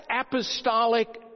apostolic